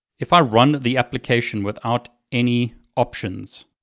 if i run the application without any options,